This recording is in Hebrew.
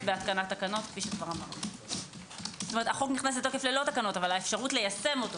בהתקנת תקנות כלומר החוק נכנס לתוקף ללא תקנות אבל האפשרות ליישמו,